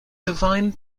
divine